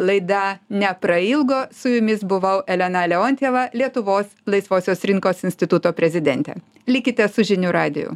laida neprailgo su jumis buvau elena leontjeva lietuvos laisvosios rinkos instituto prezidentė likite su žinių radiju